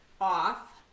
off